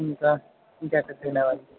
ఇంకా ఇంకెక్కడికైనా